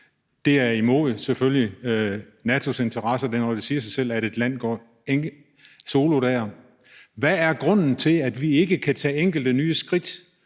Det er selvfølgelig imod NATO's interesser – det er noget, der siger sig selv – at et land går solo der. Hvad er grunden til, at vi ikke kan tage enkelte nye skridt,